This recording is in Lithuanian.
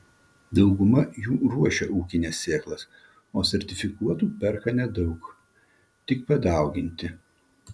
dauguma jų ruošia ūkines sėklas o sertifikuotų perka nedaug tik padauginti